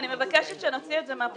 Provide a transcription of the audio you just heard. אני מבקשת שנראה את זה בפרוטוקול.